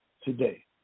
today